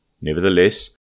Nevertheless